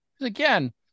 again